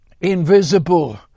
invisible